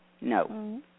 No